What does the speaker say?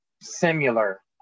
Similar